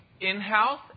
in-house